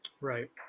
Right